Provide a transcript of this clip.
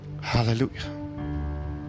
hallelujah